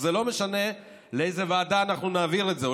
אז זה לא משנה לאיזו ועדה אנחנו נעביר את זה.